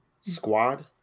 squad